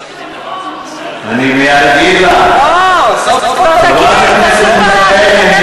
אבל אתם באתם לשנות.